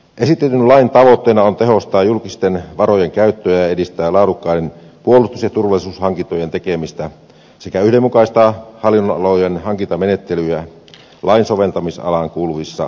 esitetyn lain tavoitteena on tehostaa julkisten varojen käyttöä ja edistää laadukkaiden puolustus ja turvallisuushankintojen tekemistä sekä yhdenmukaistaa hallinnonalojen hankintamenettelyjä lain soveltamisalaan kuuluvissa puolustus ja turvallisuushankinnoissa